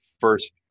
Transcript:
first